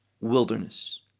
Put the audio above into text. wilderness